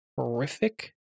horrific